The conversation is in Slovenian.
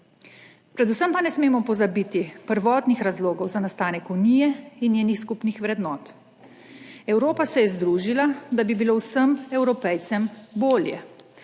Predvsem pa ne smemo pozabiti prvotnih razlogov za nastanek Unije in njenih skupnih vrednot. Evropa se je združila, da bi bilo vsem Evropejcem bolje.